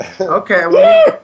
Okay